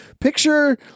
picture